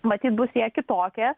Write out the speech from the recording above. matyt bus jie kitokie